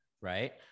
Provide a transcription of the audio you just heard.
right